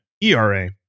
ERA